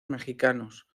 mexicanos